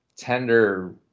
tender